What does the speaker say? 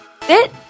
FIT